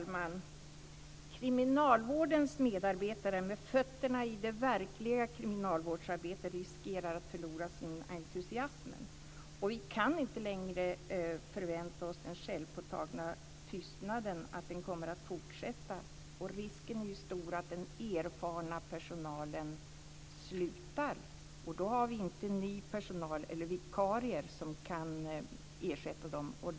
Fru talman! Kriminalvårdens medarbetare med fötterna i det verkliga kriminalvårdsarbetet riskerar att förlora sin entusiasm. Vi kan inte längre förvänta oss att den självpåtagna tystnaden kommer att fortsätta. Risken är stor att den erfarna personalen slutar, och då har vi inte ny personal eller vikarier som kan ersätta den.